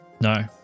No